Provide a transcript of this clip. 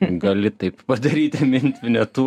gali taip padaryti mint vinetu